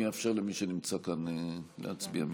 אני אאפשר למי שנמצא כאן להצביע מכאן.